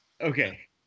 Okay